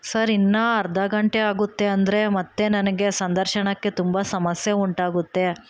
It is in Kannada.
ಸರ್ ಇನ್ನೂ ಅರ್ಧ ಗಂಟೆ ಆಗುತ್ತೆ ಅಂದರೆ ಮತ್ತೆ ನನಗೆ ಸಂದರ್ಶನಕ್ಕೆ ತುಂಬ ಸಮಸ್ಯೆ ಉಂಟಾಗುತ್ತೆ